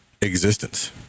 existence